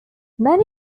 many